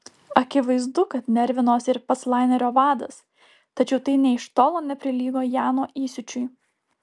akivaizdu kad nervinosi ir pats lainerio vadas tačiau tai nė iš tolo neprilygo jano įsiūčiui